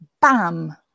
bam